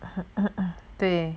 对